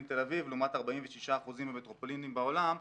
תל אביב לעומת 46% במטרופולינים בעולם,